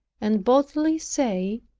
and boldly say,